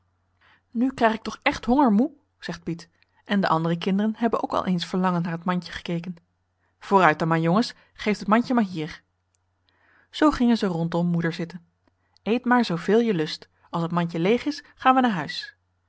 nu krijg ik toch echt honger moe zegt piet en de andere henriette van noorden weet je nog wel van toen kinderen hebben ook al eens verlangend naar het mandje gekeken vooruit dan maar jongens geef het mandje maar hier zoo gingen ze rondom moeder zitten eet maar zoo veel je lust als het mandje leeg is gaan we naar huis